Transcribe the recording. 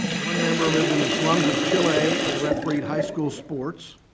one member lived in the slums of chile and refereed high school sports.